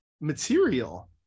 material